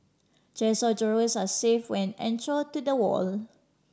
chest of drawers are safe when anchor to the wall